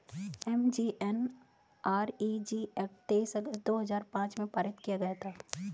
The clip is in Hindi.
एम.जी.एन.आर.इ.जी एक्ट तेईस अगस्त दो हजार पांच में पारित किया गया था